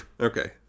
okay